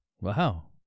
Wow